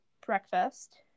breakfast